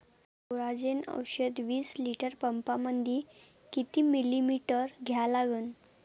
Coragen औषध विस litre पंपामंदी किती मिलीमिटर घ्या लागन?